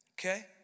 Okay